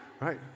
Right